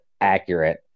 accurate